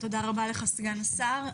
תודה רבה לך סגן השר.